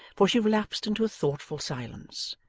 for she relapsed into a thoughtful silence,